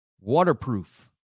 Waterproof